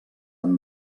amb